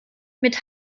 mit